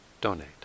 donate